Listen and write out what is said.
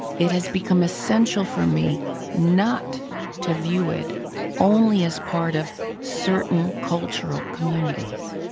it has become essential for me not to view it only as part of certain cultural communities.